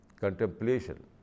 contemplation